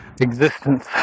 existence